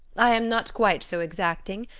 i am not quite so exacting.